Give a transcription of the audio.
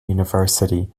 university